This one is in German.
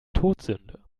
todsünde